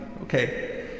okay